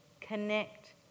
connect